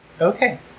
Okay